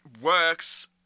works